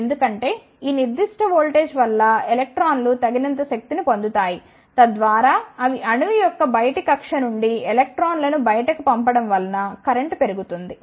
ఎందుకంటే ఈ నిర్దిష్ట వోల్టేజ్ వల్ల ఎలక్ట్రాన్లు తగినంత శక్తిని పొందుతాయి తద్వారా అవి అణువు యొక్క బయటి కక్ష్య నుండి ఎలక్ట్రాన్లను బయటకు పంపడం వలన కరెంట్ పెరుగుతుంది